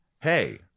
hey